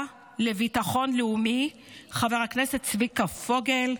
לביטחון לאומי חבר הכנסת צביקה פוגל,